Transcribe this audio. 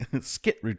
skit